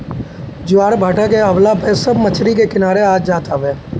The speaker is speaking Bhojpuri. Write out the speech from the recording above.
ज्वारभाटा के अवला पे सब मछरी के किनारे आ जात हवे